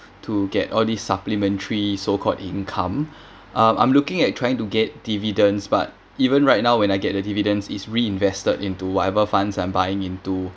to get all this supplementary so called income uh I'm looking at trying to get dividends but even right now when I get the dividends it's reinvested into whatever funds and buying into